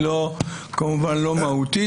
כמובן זה לא מהותי.